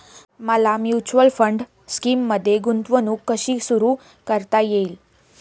मला mutual fund स्कीममध्ये गुंतवणूक कशी सुरू करता येईल?